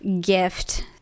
gift